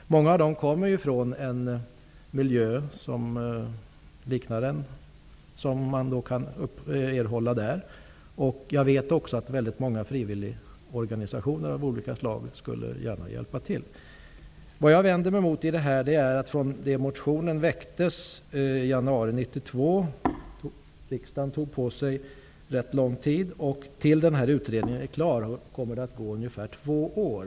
Många av dem kommer ju från en miljö som liknar den som man skulle erhålla där. Jag vet att många frivilliga organisationer av olika slag gärna skulle hjälpa till. Jag vänder mig emot att det kommer att gå ungefär två år från det att motionen väcktes i januari 1992 till dess att utredningen är klar.